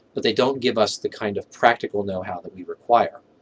but they don't give us the kind of practical know-how that we require.